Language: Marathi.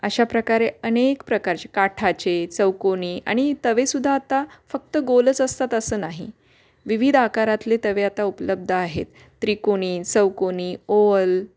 अशा प्रकारे अनेक प्रकारचे काठाचे चौकोनी आणि तवेसुद्धा आता फक्त गोलच असतात असं नाही विविध आकारातले तवे आता उपलब्ध आहेत त्रिकोनी चौकोनी ओवल